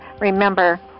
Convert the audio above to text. remember